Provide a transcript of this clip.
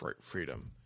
freedom